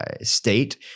state